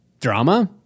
drama